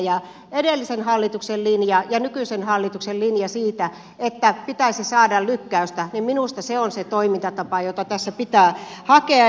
se edellisen hallituksen linja ja nykyisen hallituksen linja että pitäisi saada lykkäystä minusta on se toimintatapa jota tässä pitää hakea